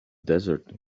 desert